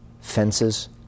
fences